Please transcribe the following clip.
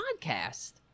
podcast